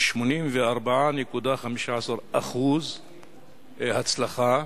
ל-84.15% הצלחה,